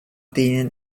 denen